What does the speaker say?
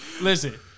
Listen